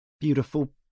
Beautiful